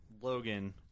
Logan